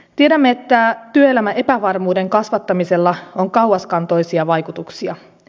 tiedämme että työelämän epävarmuuden kasvattamisella on kauaskantoisia vaikutuksia